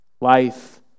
Life